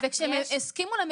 וכשהסכימו להם,